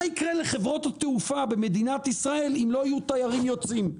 מה יקרה לחברות התעופה במדינת ישראל אם לא יהיו תיירים יוצאים?